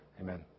Amen